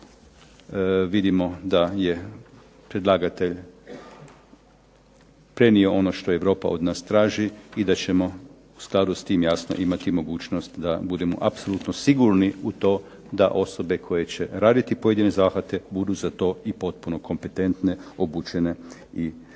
tu vidimo da je predlagatelj prenio ono što Europa od nas traži i da ćemo u skladu s tim jasno imati mogućnost da budemo apsolutno sigurni u to da osobe koje će raditi pojedine zahvate budu za to i potpuno kompetentne, obučene i uvježbane.